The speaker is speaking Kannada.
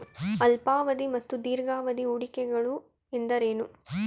ಅಲ್ಪಾವಧಿ ಮತ್ತು ದೀರ್ಘಾವಧಿ ಹೂಡಿಕೆಗಳು ಎಂದರೇನು?